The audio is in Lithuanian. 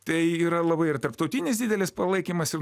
tai yra labai ir tarptautinis didelis palaikymas ir